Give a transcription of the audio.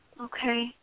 Okay